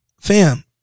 Fam